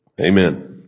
amen